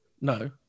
No